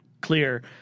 clear